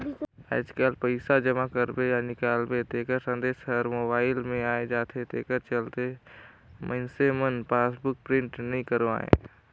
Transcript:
आयज कायल पइसा जमा करबे या निकालबे तेखर संदेश हर मोबइल मे आये जाथे तेखर चलते मइनसे मन पासबुक प्रिंट नइ करवायें